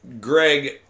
Greg